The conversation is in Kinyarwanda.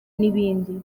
n’ibindi